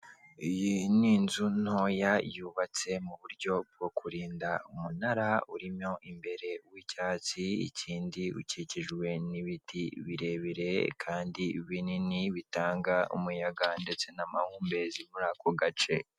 Iyi ni inzu ntoya yubatse mu buryo bwo kurinda umunara urimo imbere w'icyatsi, ikindi ukikijwe n'ibiti birebire kandi binini bitanga umuyaga ndetse n'amahumbezi muri ako gace.